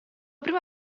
prima